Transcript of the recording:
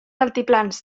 altiplans